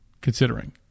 Considering